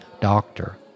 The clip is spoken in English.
doctor